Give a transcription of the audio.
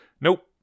nope